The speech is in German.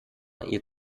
ihr